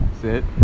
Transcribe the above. sit